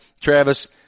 Travis